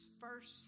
first